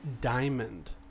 Diamond